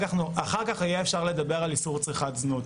אחר כך יהיה אפשר לדבר על איסור צריכת זנות.